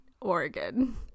Oregon